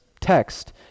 text